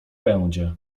będzie